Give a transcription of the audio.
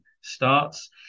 starts